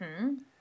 -hmm